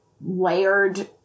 layered